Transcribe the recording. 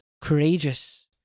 courageous